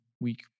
week